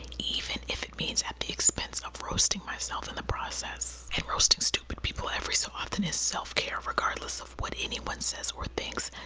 even if it means at the expense of roasting myself in the process. and roasting stupid people every so often is self care, regardless of what anyone says or thinks.